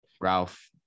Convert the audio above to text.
Ralph